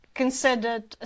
considered